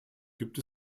gibt